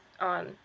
on